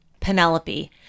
Penelope